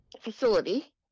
facility